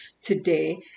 today